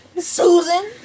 Susan